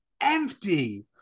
empty